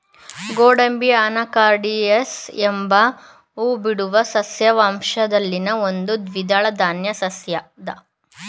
ಗೋಡಂಬಿ ಅನಾಕಾರ್ಡಿಯೇಸಿ ಎಂಬ ಹೂಬಿಡುವ ಸಸ್ಯ ವಂಶದಲ್ಲಿನ ಒಂದು ದ್ವಿದಳ ಧಾನ್ಯ ಸಸ್ಯದ ಬೀಜಕೋಶವಾಗಯ್ತೆ